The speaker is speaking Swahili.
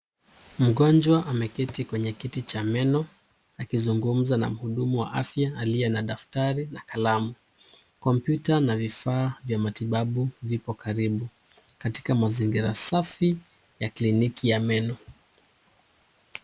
Mgonjwa ameketi kwenye kiti cha meno akizungumza na mhudumu wa afya aliyena daftari na kalamu. Kompyuta na vifaa vya matibabu vipo karibu katika mazingira safi ya kliniki ya meno.